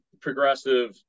progressive